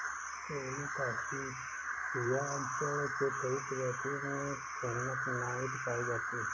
colocasia जड़ के कई प्रजातियों में कनकनाहट पायी जाती है